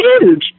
huge